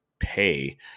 pay